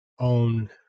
on